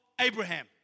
Abraham